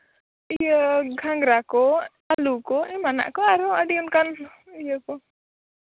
ᱤᱭᱟᱹ ᱜᱷᱟᱝᱨᱟ ᱠᱚ ᱟᱹᱞᱩ ᱠᱚ ᱮᱢᱟᱱᱟᱜ ᱠᱚ ᱟᱨᱦᱚᱸ ᱟᱹᱰᱤ ᱚᱱᱠᱟᱱ ᱤᱭᱟᱹ ᱠᱚ